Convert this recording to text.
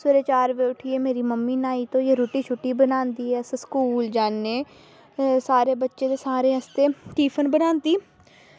सबेरै चार बजे उट्ठियै न्हाई धोई मेरी मम्मी रुट्टी बनांदी ऐ ते अस स्कूल जाने एह् सारें आस्तै ते सारे बच्चें आस्तै टिफिन बनांदी